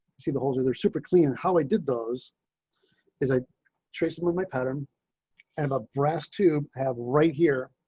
see the holes are they're super clean and how i did those is a tracing with my pattern and a brass tube have right here.